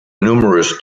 numerous